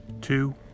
two